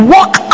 Walk